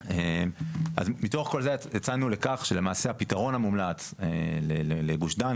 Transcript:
אז מתוך כל זה יצאנו לכך שלמעשה הפתרון המומלץ לגוש דן,